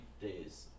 days